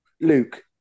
Luke